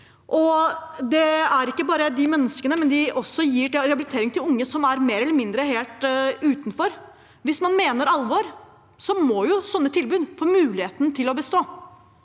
heller ikke bare de menneskene, de gir også rehabilitering til unge som står mer eller mindre helt utenfor. Hvis man mener alvor, må sånne tilbud få muligheten til å bestå.